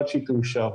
עד שהיא תאושר.